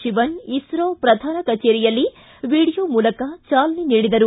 ತಿವನ್ ISRO ಪ್ರಧಾನ ಕಜೇರಿಯಲ್ಲಿ video ಮೂಲಕ ಚಾಲನೆ ನೀಡಿದರು